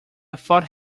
thought